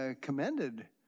commended